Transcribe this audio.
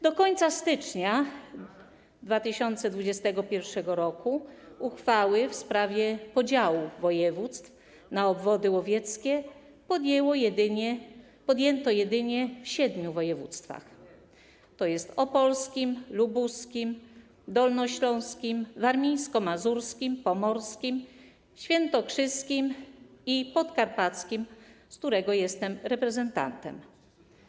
Do końca stycznia 2021 r. uchwały w sprawie podziału województw na obwody łowieckie podjęto jedynie w siedmiu województwach, tj. opolskim, lubuskim, dolnośląskim, warmińsko-mazurskim, pomorskim, świętokrzyskim i podkarpackim, którego jestem reprezentantem.